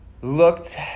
looked